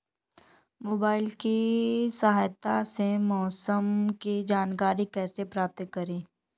Mobile की सहायता से मौसम की जानकारी कैसे प्राप्त करें?